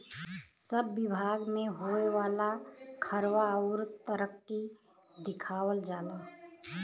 सब बिभाग मे होए वाला खर्वा अउर तरक्की दिखावल जाला